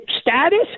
status